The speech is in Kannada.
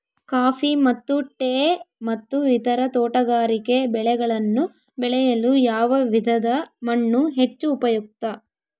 ಕಾಫಿ ಮತ್ತು ಟೇ ಮತ್ತು ಇತರ ತೋಟಗಾರಿಕೆ ಬೆಳೆಗಳನ್ನು ಬೆಳೆಯಲು ಯಾವ ವಿಧದ ಮಣ್ಣು ಹೆಚ್ಚು ಉಪಯುಕ್ತ?